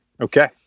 Okay